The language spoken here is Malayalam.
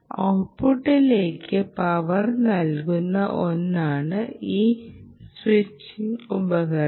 ഔട്ട്പുട്ടിലേക്ക് പവർ നൽകുന്ന ഒന്നാണ് ഈ സ്വിച്ചിംഗ് ഉപകരണം